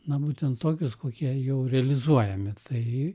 na būtent tokius kokie jau realizuojami tai